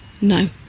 No